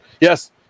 Yes